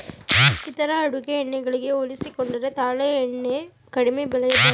ಇತರ ಅಡುಗೆ ಎಣ್ಣೆ ಗಳಿಗೆ ಹೋಲಿಸಿಕೊಂಡರೆ ತಾಳೆ ಎಣ್ಣೆ ಕಡಿಮೆ ಬೆಲೆಯದ್ದಾಗಿದೆ